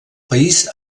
país